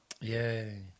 Yay